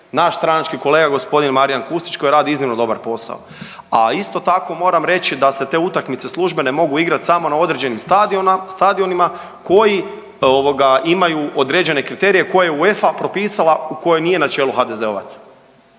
naš stranački kolega gospodin Marijan Kustić koji radi iznimno dobar posao. A isto tako moram reći da se te utakmice službene mogu igrati samo na određenim stadionima koji imaju određene kriterije koje je UEFA propisala koje nije na čelu HDZ-ovaca.